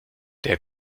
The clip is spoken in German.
der